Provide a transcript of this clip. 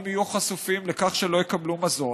שם הם יהיו חשופים לכך שלא יקבלו מזון,